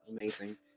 Amazing